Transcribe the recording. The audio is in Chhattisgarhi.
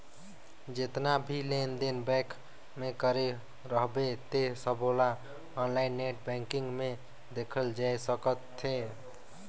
जेतना भी लेन देन बेंक मे करे रहबे ते सबोला आनलाईन नेट बेंकिग मे देखल जाए सकथे